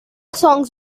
songs